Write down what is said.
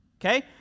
Okay